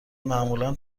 معمولا